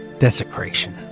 Desecration